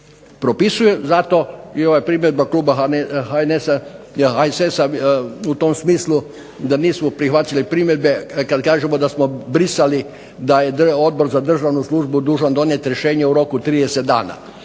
propisuju. Zato i ova primjedba kluba HNS-a, HSS-a u tom smislu da nismo prihvaćali primjedbe, kad kažemo da smo brisali da je Odbor za državnu službu dužan donijeti rješenje u roku 30 dana.